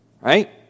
Right